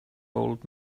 old